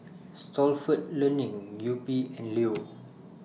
Stalford Learning Yupi and Leo